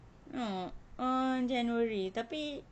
ah err january tapi